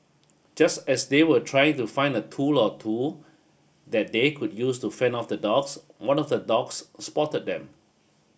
just as they were trying to find a tool or two that they could use to fend off the dogs one of the dogs spotted them